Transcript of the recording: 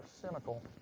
cynical